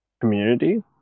community